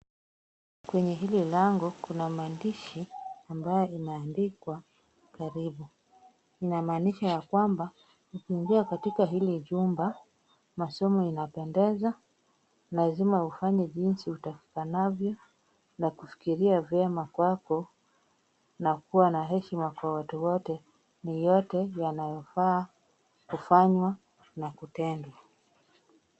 Kwenye hili lango kuna maandishi ambayo imeandikwa karibu. Inamaanisha ya kwamba ukiingia katika hili jumba, masomo inapendeza, lazima ufanye jinsi utakikanavyo na kufikiria vyema kwako na kuwa na heshima kwa watu wote, ni yote yanayofaa kufanywa na kutendwa.